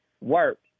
work